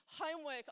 homework